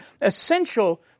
essential